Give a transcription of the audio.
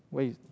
why you